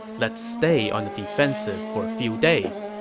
let's stay on the defensive for a few days.